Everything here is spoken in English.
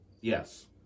Yes